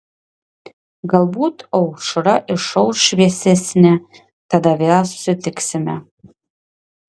galbūt aušra išauš šviesesnė tada vėl susitiksime